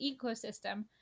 ecosystem